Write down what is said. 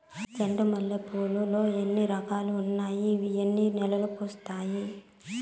చెండు మల్లె పూలు లో ఎన్ని రకాలు ఉన్నాయి ఇవి ఎన్ని నెలలు పూస్తాయి